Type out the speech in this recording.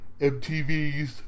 MTV's